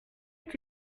est